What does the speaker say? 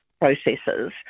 processes